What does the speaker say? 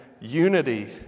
unity